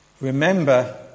Remember